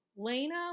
Lena